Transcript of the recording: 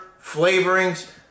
flavorings